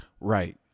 Right